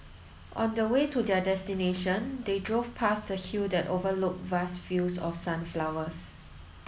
on the way to their destination they drove past a hill that overlook vast fields of sunflowers